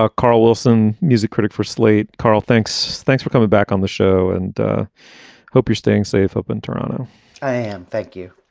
ah carl wilson, music critic for slate. carl, thanks. thanks for coming back on the show and hope you're staying safe up in toronto and thank you